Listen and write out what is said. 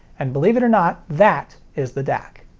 and believe it or not, that is the dac.